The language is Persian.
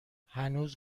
هنوز